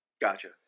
Gotcha